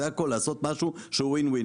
זה הכל, לעשות משהו שהוא Win-Win.